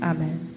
Amen